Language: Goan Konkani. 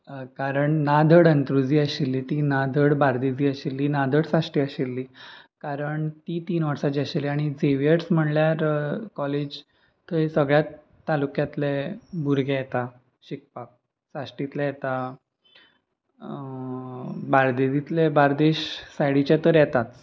कारण ना धड अंत्रुजी आशिल्ली ती ना धड बार्देजी आशिल्ली ना धड साश्टी आशिल्ली कारण ती तीन वर्सां जीं आशिल्लीं आनी झेवियर्स म्हणल्यार कॉलेज थंय सगळ्यात तालुक्यांतले भुरगे येता शिकपाक साश्टींतले येता बार्देजीतले बार्देश सायडीचे तर येताच